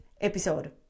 episode